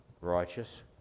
righteous